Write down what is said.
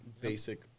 basic